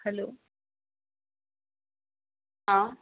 hello हँ